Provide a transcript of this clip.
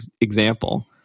example